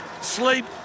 sleep